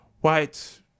white